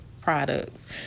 products